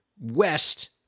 west